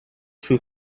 true